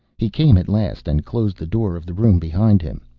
he came at last, and closed the door of the room behind him.